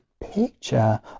picture